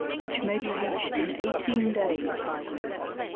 which may be reached in eighteen days by the river,